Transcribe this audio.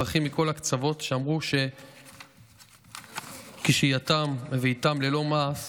אזרחים מכל הקצוות שאמרו כי שהייתם בביתם ללא מעש